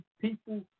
people